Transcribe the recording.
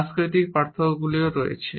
সাংস্কৃতিক পার্থক্যগুলিও রয়েছে